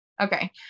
Okay